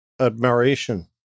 admiration